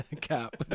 cap